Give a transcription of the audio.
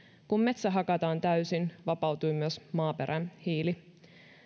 kun metsä hakataan täysin vapautuu myös maaperän hiili